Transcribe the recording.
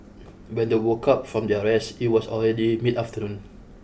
when they woke up from their rest it was already mid afternoon